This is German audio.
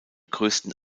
größten